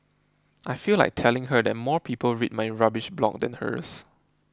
I feel like telling her that more people read my rubbish blog than hers